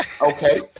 Okay